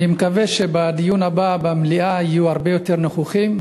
אני מקווה שבדיון הבא במליאה יהיו הרבה יותר נוכחים,